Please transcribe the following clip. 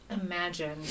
imagine